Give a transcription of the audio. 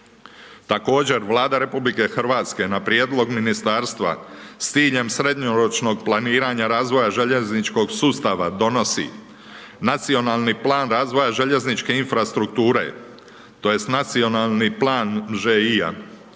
Također Vlada Republike Hrvatske na prijedlog ministarstva, s ciljem srednjoročnog planiranja željezničkog sustava, donosi, nacionalni plan razvoja željezničke infrastrukture, tj. nacionalni plan ŽI-a,